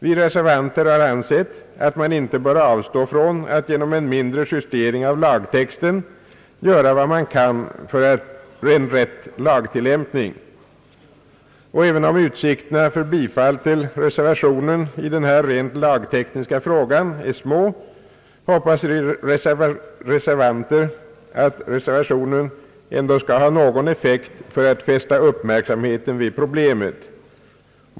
Vi reservanter har ansett att man inte bör avstå från att genom en mindre justering av Jagtexten göra vad man kan för en rätt lagtillämpning. Och även om utsikterna för bifall till reservationen i denna rent lagtekniska fråga är små, hoppas vi reservanter att reservationen ändå skall ha någon effekt för att fästa uppmärksamheten vid problemet.